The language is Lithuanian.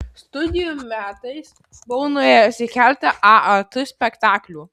studijų metais buvau nuėjęs į keletą aat spektaklių